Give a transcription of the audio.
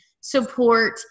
support